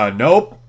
nope